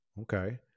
Okay